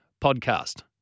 podcast